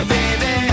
baby